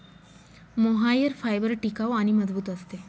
mohair fibre टिकाऊ आणि मजबूत असते